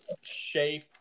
shape